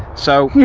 so.